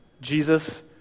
Jesus